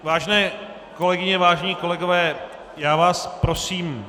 Vážené kolegyně, vážení kolegové, já vás prosím...